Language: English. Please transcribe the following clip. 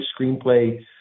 screenplay